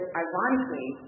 ironically